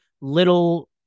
little